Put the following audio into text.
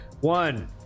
One